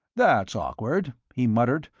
that's awkward, he muttered.